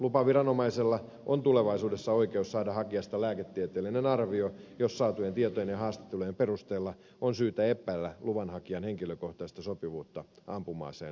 lupaviranomaisella on tulevaisuudessa oikeus saada hakijasta lääketieteellinen arvio jos saatujen tietojen ja haastattelujen perusteella on syytä epäillä luvanhakijan henkilökohtaista sopivuutta ampuma aseen hallussapitoon